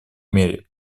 мере